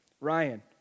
Ryan